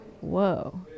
whoa